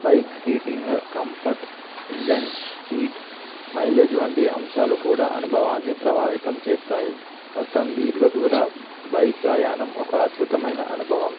bike seating comfort engine heat mileage వంటి అంశాలు కూడా అనుభవాన్ని ప్రభావితం చేస్తాయి మొత్తం దీర్ఘ దూర బైక్ ప్రయాణం ఒక అద్భుతమైన అనుభవం